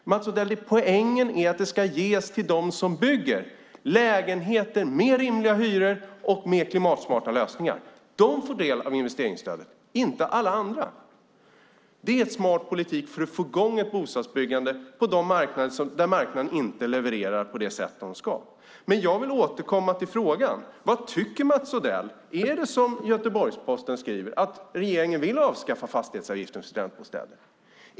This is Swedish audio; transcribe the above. Poängen, Mats Odell, är att det ska ges till dem som bygger lägenheter med rimliga hyror och med klimatsmarta lösningar. De får del av investeringsstödet, inte alla andra. Det är smart politik för att få i gång ett bostadsbyggande där marknaden inte levererar på det sätt den ska. Men jag vill återkomma till frågan. Vad tycker Mats Odell? Är det som Göteborgs-Posten skriver att regeringen vill avskaffa fastighetsavgiften för studentbostäder?